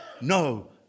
No